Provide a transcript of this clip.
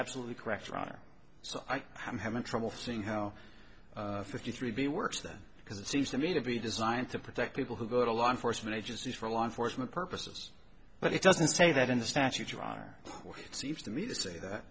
absolutely correct roger so i am having trouble seeing how fifty three b works then because it seems to me to be designed to protect people who go to law enforcement agencies for law enforcement purposes but it doesn't say that in the statute you are it seems to me to say that